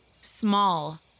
small